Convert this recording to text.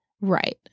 Right